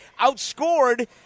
outscored